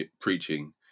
preaching